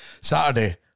Saturday